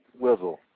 Wizzle